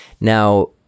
Now